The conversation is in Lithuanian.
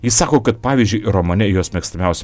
ji sako kad pavyzdžiui romane jos mėgstamiausia